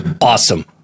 Awesome